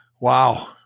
wow